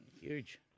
Huge